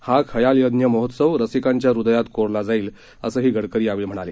हा खयाल यज्ञ महोत्सव रसिकांच्या हृदयात कोरला जाईल असही गडकरी यावेळी म्हणाले